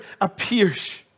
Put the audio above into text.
appears